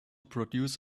produce